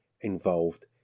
involved